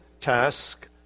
task